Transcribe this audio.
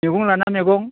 मैगं लाना मैगं